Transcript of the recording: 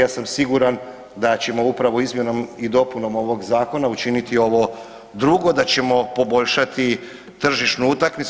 Ja sam siguran da ćemo upravo izmjenom i dopunom ovoga Zakona učiniti ovo drugo, da ćemo poboljšati tržišnu utakmicu.